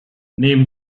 neben